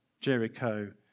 Jericho